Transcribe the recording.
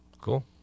Cool